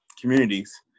communities